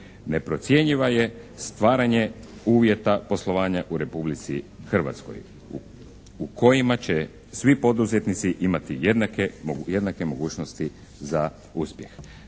Neprocjenjiva je stvaranje uvjeta poslovanja u Republici Hrvatskoj u kojima će svi poduzetnici imati jednake mogućnosti za uspjeh.